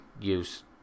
use